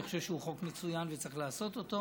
אני חושב שהוא חוק מצוין וצריך לעשות אותו,